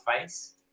face